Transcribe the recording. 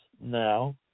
now